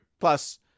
Plus